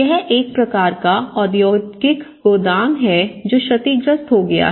यह एक प्रकार का औद्योगिक गोदाम है जो क्षतिग्रस्त हो गया है